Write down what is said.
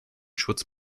schutz